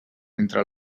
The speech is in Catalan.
entre